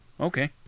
Okay